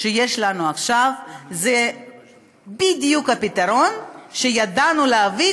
שיש לנו עכשיו זה בדיוק הפתרון שידענו להביא